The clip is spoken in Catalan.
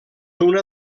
una